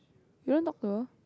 you want talk to her